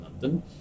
London